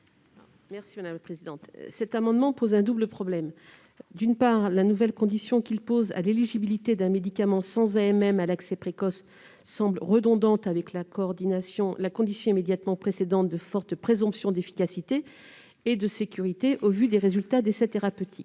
n° 209 rectifié ? Cet amendement pose un double problème. D'une part, la nouvelle condition qu'il pose à l'éligibilité d'un médicament sans autorisation de mise sur le marché à l'accès précoce semble redondante avec la condition immédiatement précédente de forte présomption d'efficacité et de sécurité au vu des résultats d'essais thérapeutiques.